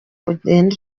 ugenda